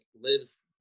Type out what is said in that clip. lives